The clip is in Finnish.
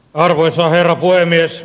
arvoisa herra puhemies